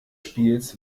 spiels